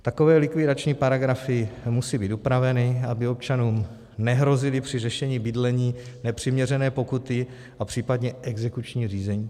Takové likvidační paragrafy musí týt upraveny, aby občanům nehrozily při řešení bydlení nepřiměřené pokuty a případné exekuční řízení.